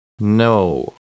No